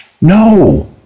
No